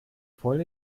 voll